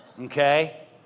Okay